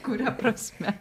kuria prasme